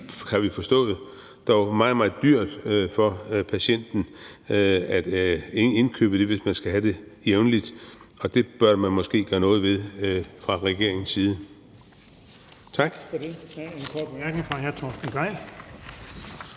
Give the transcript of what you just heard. forstået, dog meget, meget dyrt for patienten at indkøbe det, hvis man skal have det jævnligt, og det bør man måske gøre noget ved fra regeringens side. Tak.